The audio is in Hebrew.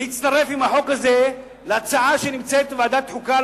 להצטרף עם החוק הזה להצעה שנמצאת בוועדת חוקה,